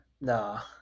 Nah